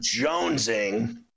jonesing